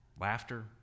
Laughter